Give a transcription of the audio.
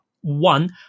One